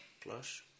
Plus